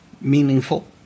meaningful –